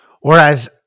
Whereas